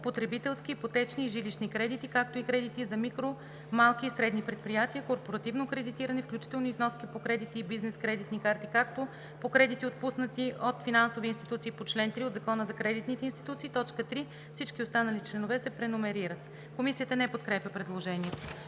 потребителски, ипотечни и жилищни кредити, както и кредити за микро-, малки и средни предприятия, корпоративно кредитиране, включително и вноски по кредитни и бизнес кредитни карти, както по кредити, отпуснати от финансови институции по чл. 3 от Закона за кредитните институции.“ 3. Всички останали членове се преномерират.“ Комисията не подкрепя предложението.